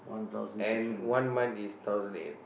and one month is thousand eight